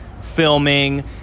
filming